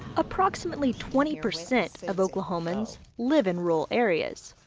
aproximately twenty percent of oklahomans live in rural areas,